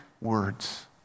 words